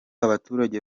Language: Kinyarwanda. abaturage